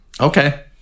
Okay